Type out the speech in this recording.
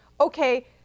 okay